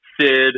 Sid